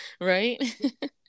Right